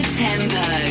tempo